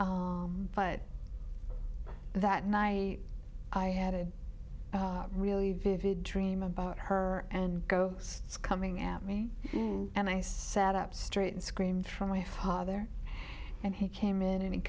but that my i had a really vivid dream about her and go coming at me and i sat up straight and screamed from my father and he came in an